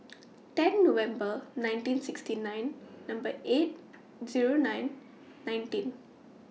ten November nineteen sixty nine Number eight Zero nine nineteen